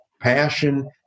passion